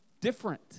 Different